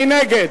מי נגד?